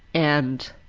and